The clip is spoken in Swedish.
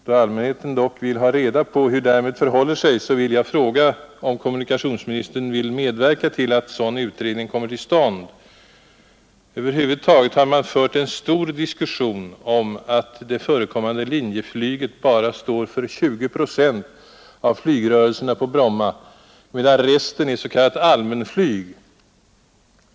Då allmänheten dock vill ha reda på hur det förhåller sig därmed vill jag fråga om kommunikationsministern vill medverka till att sådan utredning kommer till stånd. Över huvud taget har man fört en stor diskussion om att det förekommande linjeflyget bara står för 20 procent av flygrörelserna på Bromma, medan resten är s.k. allmänflyg.